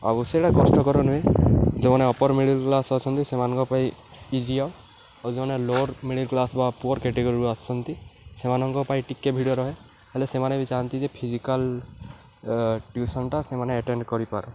ଆଉ ସେଟା କଷ୍ଟକର ନୁହେଁ ଯେଉଁମାନେ ଅପର୍ ମିଡ଼ିଲ୍ କ୍ଲାସ୍ ଅଛନ୍ତି ସେମାନଙ୍କ ପାଇଁ ଇଜିଅର୍ ଆଉ ଯେଉଁମାନେ ଲୋଅର୍ ମିଡ଼ିଲ୍ କ୍ଲାସ୍ ବା ପୁଅର୍ କାଟେଗୋରୀରୁ ଆସୁଛନ୍ତି ସେମାନଙ୍କ ପାଇଁ ଟିକେ ଭିଡ଼ ରହେ ହେଲେ ସେମାନେ ବି ଚାହାଁନ୍ତି ଯେ ଫିଜିକାଲ୍ ଟିଉସନ୍ଟା ସେମାନେ ଆଟେଣ୍ଡ କରିପାର